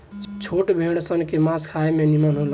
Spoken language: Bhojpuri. छोट भेड़ सन के मांस खाए में निमन होला